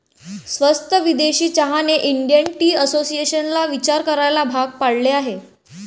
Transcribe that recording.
स्वस्त विदेशी चहाने इंडियन टी असोसिएशनला विचार करायला भाग पाडले आहे